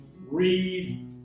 read